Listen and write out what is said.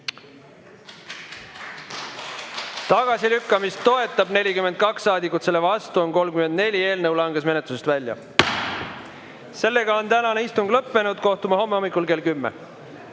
Tagasilükkamist toetab 42 saadikut, selle vastu on 34. Eelnõu langes menetlusest välja. Sellega on tänane istung lõppenud. Kohtume homme hommikul kell 10.